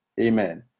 Amen